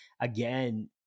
again